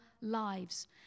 lives